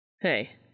Hey